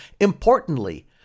importantly